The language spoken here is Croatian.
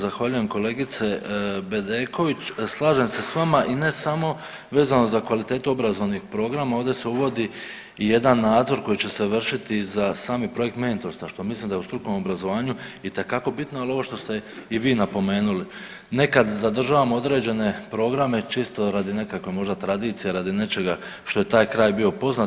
Zahvaljujem kolegice Bedeković, slažem se s vama i ne samo vezano za kvalitetu obrazovnih programa, ovdje se uvodi i jedan nadzor koji će se vršiti za sami projekt mentorstva što mislim da je u strukovnom obrazovanju itekako bitno, al ovo što ste i vi napomenuli, nekad zadržavamo određene programe čisto radi nekakve možda tradicije, radi nečega što je taj kraj bio poznat.